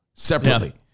Separately